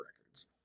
Records